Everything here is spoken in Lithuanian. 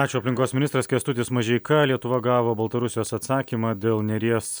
ačiū aplinkos ministras kęstutis mažeika lietuva gavo baltarusijos atsakymą dėl neries